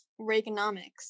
Reaganomics